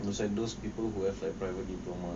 those are those people who have like private diploma